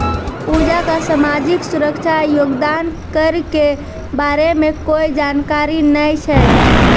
पूजा क सामाजिक सुरक्षा योगदान कर के बारे मे कोय जानकारी नय छै